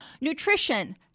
Nutrition